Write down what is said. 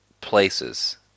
places